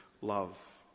love